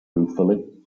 ruefully